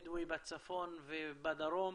בדואי בצפון ובדרום,